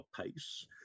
pace